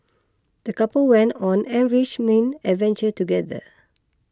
the couple went on an enriching adventure together